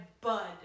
bud